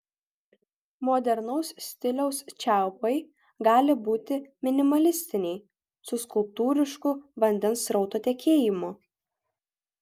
modernaus stiliaus čiaupai gali būti minimalistiniai su skulptūrišku vandens srauto tekėjimu